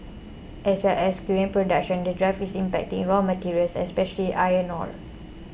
as well as skewing production the drive is impacting raw materials especially iron ore